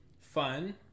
fun